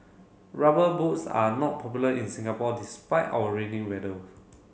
rubber boots are not popular in Singapore despite our rainy weather